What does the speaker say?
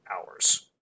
hours